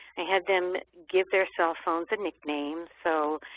i had them give their cell phones a nickname so,